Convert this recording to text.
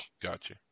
Gotcha